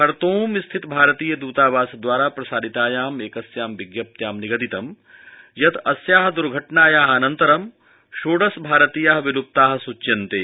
Khartoum स्थित भारतीय दूतावास द्वारा प्रसारितायाम् एकस्यां विज्ञप्त्यां निगदितं यत् अस्या द्र्घटनाया अनन्तरं षोडश भारतीया विल्प्ता सूच्यन्ते